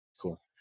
cool